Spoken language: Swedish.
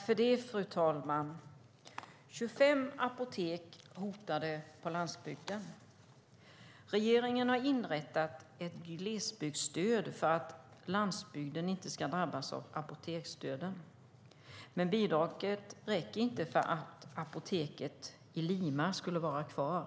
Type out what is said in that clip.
Fru talman! 25 apotek är hotade på landsbygden. Regeringen har inrättat ett glesbygdsstöd för att landsbygden inte ska drabbas av apoteksdöden. Men bidraget räckte inte för att apoteket i Lima skulle vara kvar.